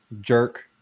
jerk